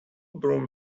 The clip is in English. broom